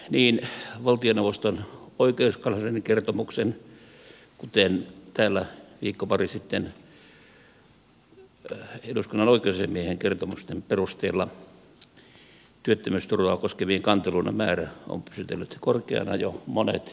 niin valtioneuvoston oikeuskanslerin kertomuksen kuin täällä viikko pari sitten esillä olleen eduskunnan oikeusasiamiehen kertomuksen perusteella työttömyysturvaa koskevien kanteluiden määrä on pysytellyt korkeana jo monet vuodet